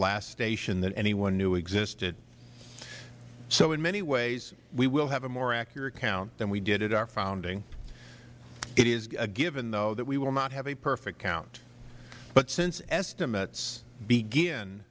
last station that anyone knew existed so in many ways we will have a more accurate count than we did at our founding it is a given though that we will not have a perfect count but since estimates beg